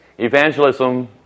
Evangelism